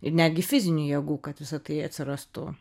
ir netgi fizinių jėgų kad visa tai atsirastų